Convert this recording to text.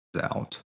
Out